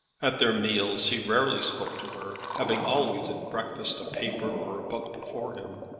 at their meals he rarely spoke to her having always at breakfast a paper or a book before him,